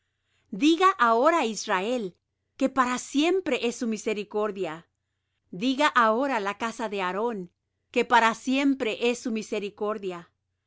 sehón rey amorrheo porque para siempre es su misericordia y á og rey de basán porque para siempre es su misericordia